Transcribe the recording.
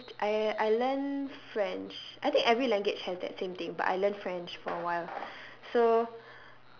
I used I I learned french I think every language have that same thing so I learned french for a while so